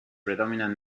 predominant